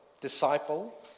disciple